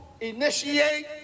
initiate